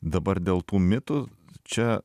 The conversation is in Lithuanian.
dabar dėl tų mitų čia